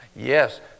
Yes